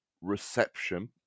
reception